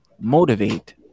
motivate